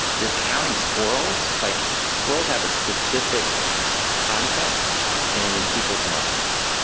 you're counting squirrels. like squirrels have a specific context in people's minds,